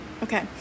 Okay